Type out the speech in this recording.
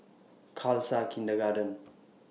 Khalsa Kindergarten